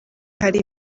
hari